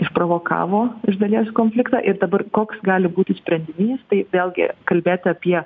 išprovokavo iš dalies konfliktą ir dabar koks gali būti sprendinys tai vėlgi kalbėt apie